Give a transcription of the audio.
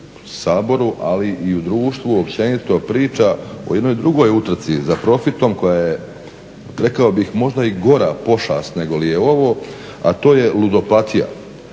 Saboru ali i u društvu općenito priča o jednoj drugoj utrci za profitom koja je rekao bih možda i gora pošast negoli je ovo, a to je ludopatija.